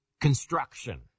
construction